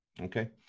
okay